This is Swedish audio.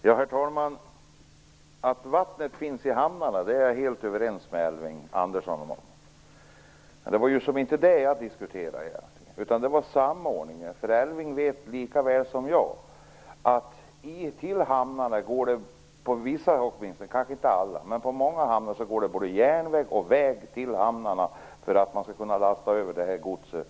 Herr talman! Att vattnet finns i hamnarna är jag helt överens med Elving Andersson om, men det var inte det jag diskuterade, utan det var samordningen. Elving Andersson vet lika väl som jag att det till vissa hamnar - kanske inte till alla - går både järnväg och väg, varifrån man kan lasta över gods till båt.